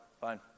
Fine